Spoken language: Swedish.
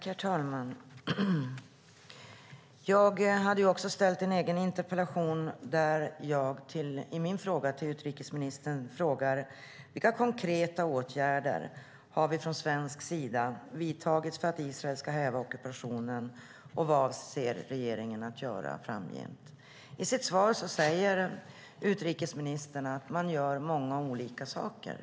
Herr talman! Också jag har en egen interpellation till utrikesministern. Där ställer jag en fråga om vilka konkreta åtgärder som från svensk sida vidtagits för att Israel ska häva ockupationen och vad regeringen avser att göra framgent. I sitt svar säger utrikesministern att man gör många olika saker.